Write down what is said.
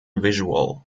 visual